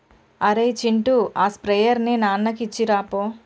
అరేయ్ చింటూ ఆ స్ప్రేయర్ ని నాన్నకి ఇచ్చిరాపో